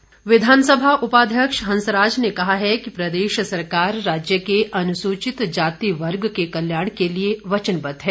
हंसराज विधानसभा उपाध्यक्ष हंसराज ने कहा है कि प्रदेश सरकार राज्य के अनुसूचितजाति वर्ग के कल्याण के लिए वचनबद्ध है